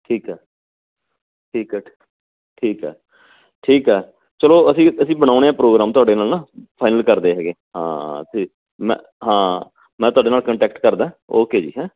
ਠੀਕ ਆ ਠੀਕ ਆ ਠੀਕ ਆ ਠੀਕ ਆ ਚਲੋ ਅਸੀਂ ਅਸੀਂ ਬਣਾਉਂਦੇ ਹਾਂ ਪ੍ਰੋਗਰਾਮ ਤੁਹਾਡੇ ਨਾਲ ਨਾ ਫਾਈਨਲ ਕਰਦੇ ਹੈਗੇ ਹਾਂ ਅਤੇ ਮੈਂ ਹਾਂ ਮੈਂ ਤੁਹਾਡੇ ਨਾਲ ਕੰਟੈਕਟ ਕਰਦਾ ਓਕੇ ਜੀ ਹੈਂ